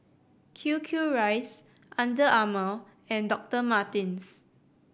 Q Q Rice Under Armour and Doctor Martens